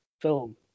film